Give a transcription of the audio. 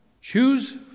choose